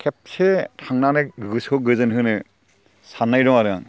खेबसे थांनानै गोसोखौ गोजोनहोनो साननाय दं आरो आं